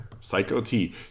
Psycho-T